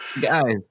guys